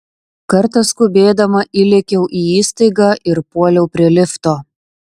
kartą skubėdama įlėkiau į įstaigą ir puoliau prie lifto